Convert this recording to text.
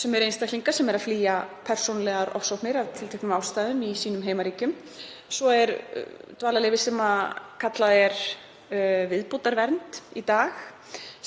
sumir einstaklingar eru að flýja persónulegar ofsóknir af tilteknum ástæðum í sínum heimaríkjum. Svo er dvalarleyfi sem kallað er viðbótarvernd í dag